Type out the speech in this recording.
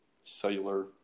cellular